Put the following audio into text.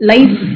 Life